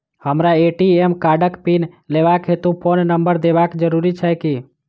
हमरा ए.टी.एम कार्डक पिन लेबाक हेतु फोन नम्बर देबाक जरूरी छै की?